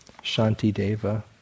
Shantideva